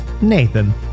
Nathan